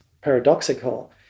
paradoxical